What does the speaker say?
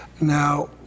Now